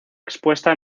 expuesta